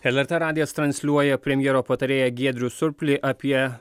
lrt radijas transliuoja premjero patarėją giedrių surplį apie